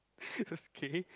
okay